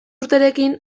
urterekin